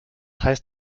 heißt